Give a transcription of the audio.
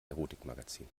erotikmagazin